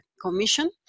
commission